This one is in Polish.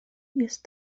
jest